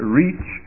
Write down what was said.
reach